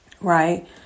Right